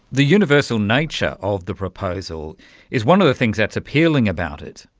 the universal nature of the proposal is one of the things that's appealing about it,